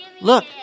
Look